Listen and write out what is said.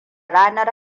ranar